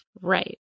Right